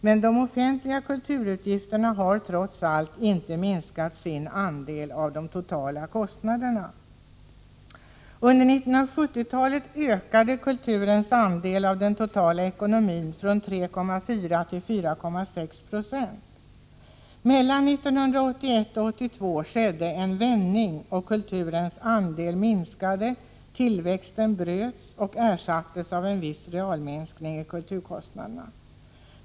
Men de offentliga kulturutgifterna har trots allt inte minskat sin andel av de totala kostnaderna. Under 1970-talet ökade kulturens andel av den totala ekonomin från 3,4 96 till 4,6 76. Mellan 1981 och 1982 skedde en vändning: kulturens andel minskade, tillväxten bröts och ersattes av en viss realminskning av kulturkostnaderna.